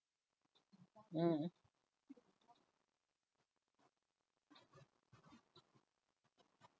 mm